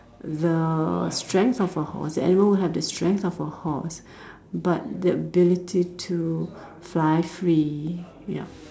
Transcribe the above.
the strength of a horse and even will have the strength of a horse but the ability to fly free yup